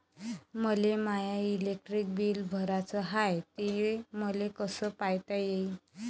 मले my electric bill भराचं हाय, ते मले कस पायता येईन?